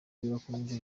birakomeza